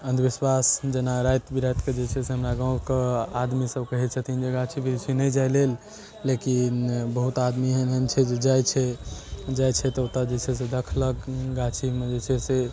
अन्धविश्वास जेना राति बिरातिकऽ जे छै से हमरा गाँवके आदमी सब कहै छथिन जे गाछी वृक्षि नहि जाइ लेल लेकिन बहुत आदमी एहन एहन छै जे जाइ छै जाइ छै तऽ ओतऽसँ देखलक गाछीमे जे छै से